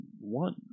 one